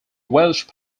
welsh